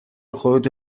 خودتو